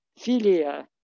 filia